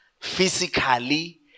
physically